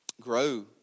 grow